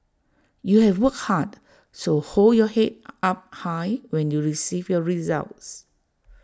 you have work hard so hold your Head up high when you receive your results